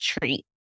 treat